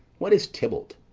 what is tybalt?